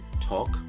talk